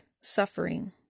suffering